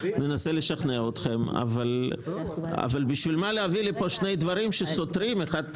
ננסה לשכנע אתכם אבל בשביל מה להביא לכאן שני דברים שסותרים אחד אתה